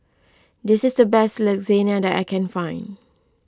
this is the best Lasagne that I can find